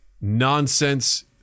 nonsense